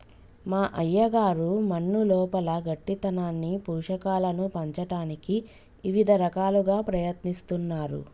మా అయ్యగారు మన్నులోపల గట్టితనాన్ని పోషకాలను పంచటానికి ఇవిద రకాలుగా ప్రయత్నిస్తున్నారు